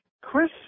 Chris